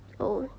oh